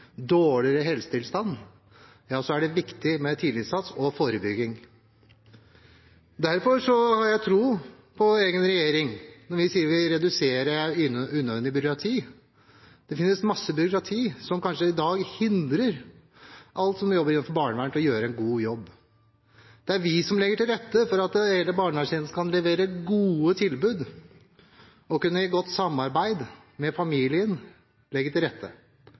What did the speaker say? dårligere på skolen og har dårligere helsetilstand, er det viktig med tidlig innsats og forebygging. Derfor har jeg tro på egen regjering når den sier at den vil redusere unødvendig byråkrati. Det finnes masse byråkrati som i dag kanskje hindrer dem som jobber innenfor barnevernet, å gjøre en god jobb. Det er vi som må legge til rette for at hele barnevernstjenesten kan levere gode tilbud og samarbeide godt med familier ved enkle tiltak i